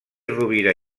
rovira